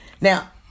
Now